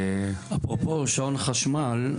אפרופו שעון חשמל,